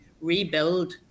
rebuild